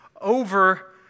over